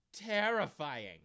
terrifying